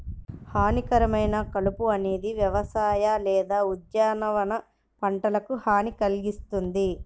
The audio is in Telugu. హానికరమైన కలుపు అనేది వ్యవసాయ లేదా ఉద్యానవన పంటలకు హాని కల్గిస్తుంది